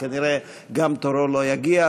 וכנראה גם תורו לא יגיע.